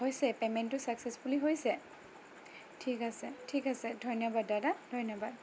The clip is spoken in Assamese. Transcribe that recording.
হৈছে পেমেণ্টটো ছাক্সেছফুলি হৈছে ঠিক আছে ঠিক আছে ধন্যবাদ দাদা ধন্যবাদ